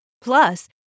Plus